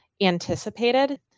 anticipated